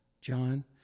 John